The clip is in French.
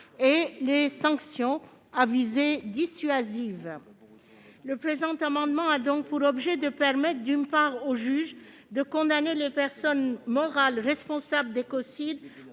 et les sanctions à visée dissuasive. Le présent amendement a donc pour objet de permettre au juge de condamner les personnes morales responsables d'écocide